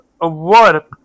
work